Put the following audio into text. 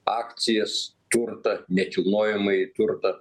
akcijas turtą nekilnojamąjį turtą